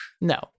No